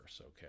Okay